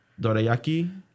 dorayaki